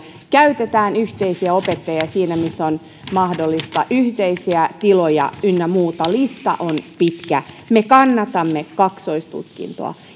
käytetään yhteisiä opettajia siinä missä on mahdollista yhteisiä tiloja ynnä muuta lista on pitkä me kannatamme kaksoistutkintoa